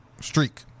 streak